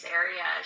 area